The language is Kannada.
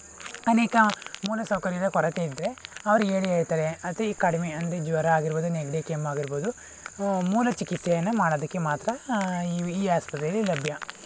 ಅನೇಕ ಮೂಲ ಸೌಕರ್ಯದ ಕೊರತೆ ಇದ್ದರೆ ಅವರು ಹೇಳೇ ಹೇಳ್ತಾರೆ ಅದೇ ಕಡಿಮೆ ಅಂದರೆ ಜ್ವರ ಆಗಿರ್ಬೋದು ನೆಗಡಿ ಕೆಮ್ಮು ಆಗಿರ್ಬೋದು ಮೂಲ ಚಿಕಿತ್ಸೆಯನ್ನು ಮಾಡೋದಕ್ಕೆ ಮಾತ್ರ ಈ ಆಸ್ಪತ್ರೆಲಿ ಲಭ್ಯ